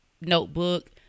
notebook